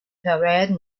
parade